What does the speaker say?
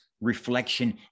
reflection